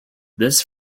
this